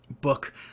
book